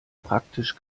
praktisch